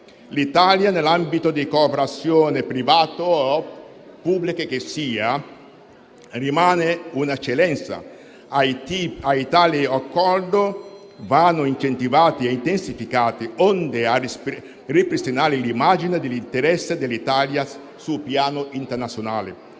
L'Italia nell'ambito della cooperazione, privata o pubblica che sia, rimane un'eccellenza. Tali accordi vanno incentivati e intensificati, onde ripristinare l'immagine dell'interesse dell'Italia sul piano internazionale,